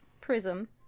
prism